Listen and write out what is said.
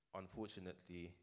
unfortunately